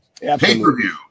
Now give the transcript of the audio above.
Pay-per-view